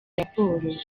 raporo